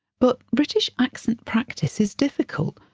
but british accent practice is difficult,